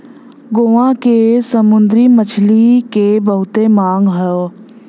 गोवा के समुंदरी मछरी के बहुते मांग हौ